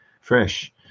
fresh